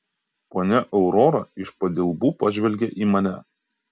ponia aurora iš padilbų pažvelgė į mane